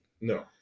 No